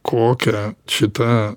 kokią šita